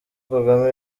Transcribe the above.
kagame